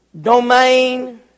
domain